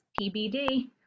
PBD